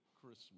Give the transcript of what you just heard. Christmas